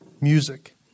Music